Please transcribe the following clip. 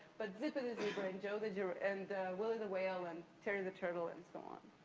but zippity zebra, and joe the giraffe, and willy the whale, and terry the turtle and so on.